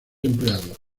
empleados